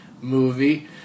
movie